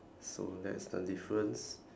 so that's the difference